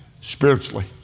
spiritually